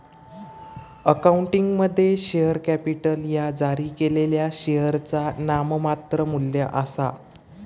अकाउंटिंगमध्ये, share capital ह्या जारी केलेल्या शेअरचा नाममात्र मू्ल्य आसा